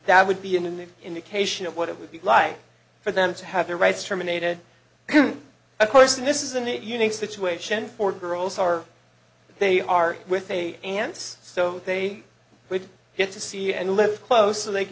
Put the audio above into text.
that would be an indication of what it would be like for them to have their rights terminated because of course this isn't a unique situation for girls are they are with a aunts so they would get to see and live close and they